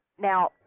Now